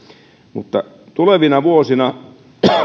mutta tulevina vuosina